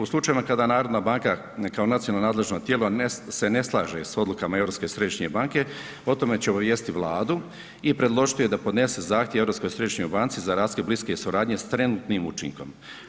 U slučajevima kada HNB kao nacionalno nadležno tijelo se ne slaže sa odlukama Europske središnje banke o tome će obavijestiti Vladu i predložiti joj da podnese zahtjev Europskoj središnjoj banci za raskid bliske suradnje s trenutnim učinkom.